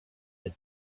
had